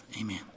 Amen